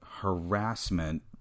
harassment